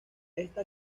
esta